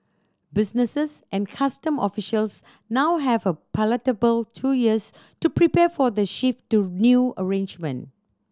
businesses and custom officials now have a palatable two years to prepare for the shift to new arrangement